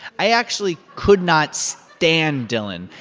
i actually could not stand dylan.